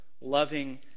loving